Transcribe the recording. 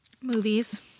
Movies